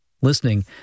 Listening